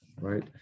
right